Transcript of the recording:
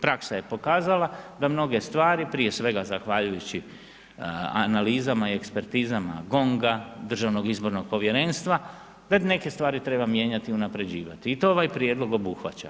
Praksa je pokazala, da mnoge s tvari, prije svega zahvaljujući analizama i ekspertizama GONG-a, Državnog izbornog povjerenstva, da neke stvari treba mijenjati, unapređivati i to ovaj prijedlog obuhvaća.